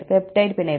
peptide பிணைப்பு